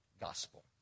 gospel